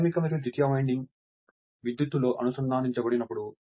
ప్రాధమిక మరియు ద్వితీయ వైండింగ్ విద్యుత్తుతో అనుసంధానించబడినప్పుడు